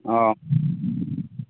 অঁ